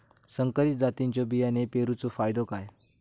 संकरित जातींच्यो बियाणी पेरूचो फायदो काय?